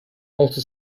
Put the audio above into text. also